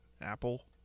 Apple